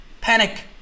panic